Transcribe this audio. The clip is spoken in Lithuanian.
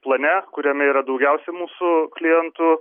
plane kuriame yra daugiausiai mūsų klientų